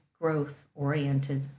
growth-oriented